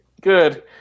good